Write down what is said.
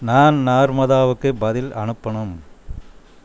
நான் நர்மதாவுக்கு பதில் அனுப்பணும்